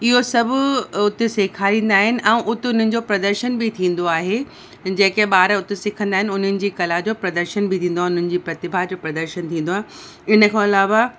इहो सभु उते सेखारींदा आहिनि ऐं उते उन्हनि जो प्रदर्शन बि थींदो आहे जेके ॿार उते सिखंदा आहिनि उन्हनि जी कला जो प्रदर्शन बि थींदो आहे उन्हनि जी प्रतिभा जो प्रदर्शन बि थींदो आहे इनखां अलावा